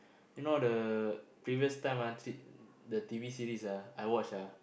you know the previous time ah the T_V series ah I watch ah